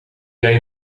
jij